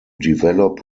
develop